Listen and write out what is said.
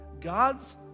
God's